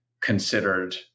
considered